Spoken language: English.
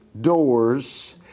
doors